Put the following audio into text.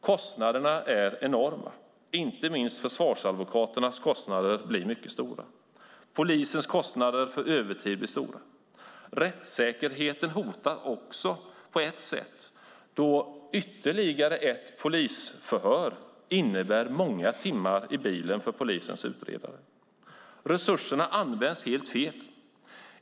Kostnaderna är enorma. Inte minst försvarsadvokaternas kostnader blir mycket stora. Polisens kostnader för övertid blir stora. Rättssäkerheten hotas också på ett sätt, då ytterligare ett polisförhör innebär många timmar i bilen för polisens utredare. Resurserna används helt fel.